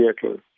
vehicle